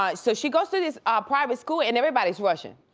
ah so she goes to this ah private school and everybody's russian.